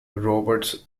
roberts